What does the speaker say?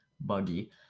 buggy